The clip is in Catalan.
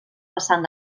vessant